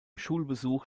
schulbesuch